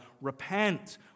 repent